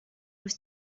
was